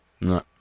No